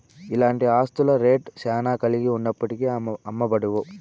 ఇలాంటి ఆస్తుల రేట్ శ్యానా కలిగి ఉన్నప్పటికీ అమ్మబడవు